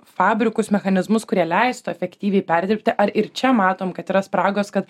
fabrikus mechanizmus kurie leistų efektyviai perdirbti ar ir čia matom kad yra spragos kad